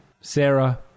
sarah